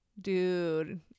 dude